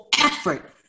effort